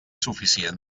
suficient